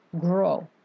grow